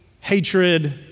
hatred